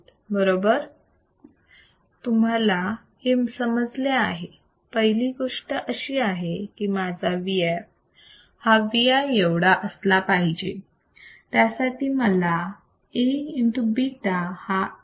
तुम्हाला हे समजलेले आहे पहिली गोष्ट अशी की माझा Vf हा Vi एवढा असला पाहिजे त्यासाठी मला Aβ हा 1 पाहिजे